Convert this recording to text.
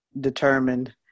determined